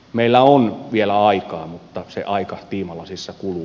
meillä on vielä aikaa mutta se aika tiimalasissa kuluu